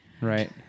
Right